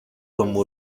como